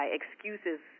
excuses